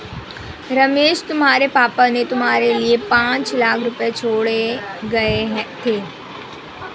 रमेश तुम्हारे पापा ने तुम्हारे लिए पांच लाख रुपए छोड़े गए थे